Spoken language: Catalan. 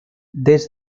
des